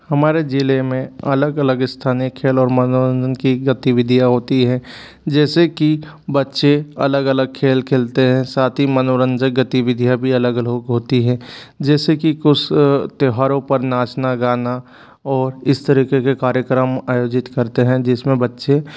हमारे ज़िले में अलग अलग स्थानीय खेल और मनोरंजन की गतिविधियाँ होती हैं जैसे कि बच्चे अलग अलग खेल खेलते हैं साथी ही मनोरंजक गतिविधियाँ भी अलग अलग होती हैं जैसे कि कुछ त्यौहारों पर नाचना गाना ओर इस तरीके के कार्यक्रम आयोजित करते हैं जिसमें बच्चे